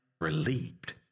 relieved